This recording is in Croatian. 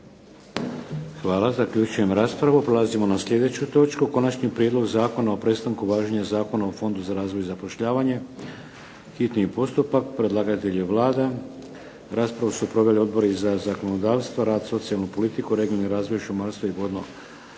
**Šeks, Vladimir (HDZ)** Prelazimo na sljedeću točku - Konačni prijedlog zakona o prestanku važenja Zakona o Fondu za razvoj i zapošljavanje, hitni postupak, prvo i drugo čitanje, P.Z. br. 601 Predlagatelj je Vlada. Raspravu su proveli Odbori za zakonodavstvo, rad i socijalnu politiku, regionalni razvoj, šumarstvo i vodno